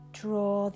draw